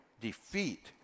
defeat